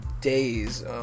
days